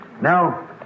Now